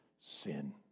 sin